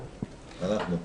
אנחנו, אנחנו.